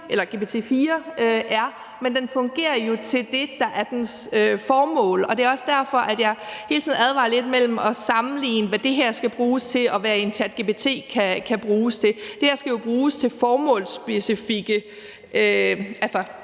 end GPT 4 er, men den fungerer jo til det, der er dens formål. Det er også derfor, jeg hele tiden advarer lidt mod at sammenligne, hvad det her skal bruges til, og hvad en ChatGPT kan bruges til. Det her skal jo bruges til formålsspecifikke